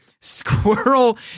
Squirrel